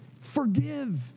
Forgive